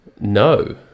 No